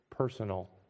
personal